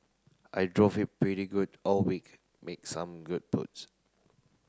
I drove it pretty good all week make some good putts